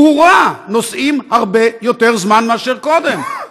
הוא הורע, נוסעים הרבה יותר זמן מאשר קודם.